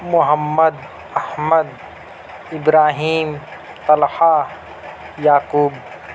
Muhammad Ahmed Ibrahim Talha Yaqub